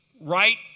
right